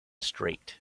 straight